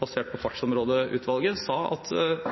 basert på Fartsområdeutvalget, som sa at